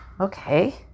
Okay